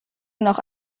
noch